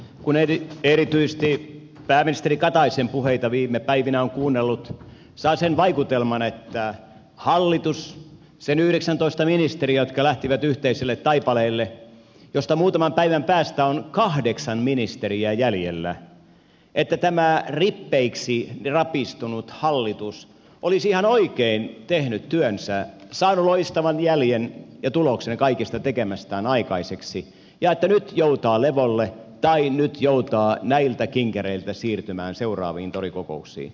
kun erityisesti pääministeri kataisen puheita viime päivinä on kuunnellut saa sen vaikutelman että hallitus sen yhdeksäntoista ministeriä jotka lähtivät yhteiselle taipaleelle ja joista muutaman päivän päästä on kahdeksan ministeriä jäljellä että tämä rippeiksi rapistunut hallitus olisi ihan oikein tehnyt työnsä saanut loistavan jäljen ja tuloksen kaikesta tekemästään aikaiseksi ja että se nyt joutaa levolle tai nyt joutaa näiltä kinkereiltä siirtymään seuraaviin torikokouksiin